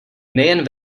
nejen